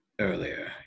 earlier